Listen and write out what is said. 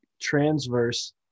transverse